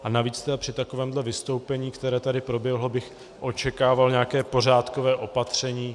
A navíc při takovém vystoupení, které tady proběhlo, bych očekával nějaké pořádkové opatření.